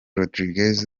rodriguez